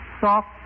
soft